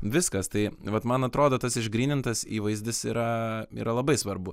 viskas tai vat man atrodo tas išgrynintas įvaizdis yra yra labai svarbu